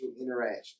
interaction